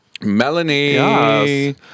Melanie